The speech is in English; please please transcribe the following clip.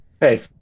Hey